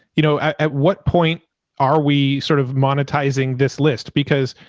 you know, at what point are we sort of monetizing this list? because,